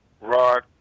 Rod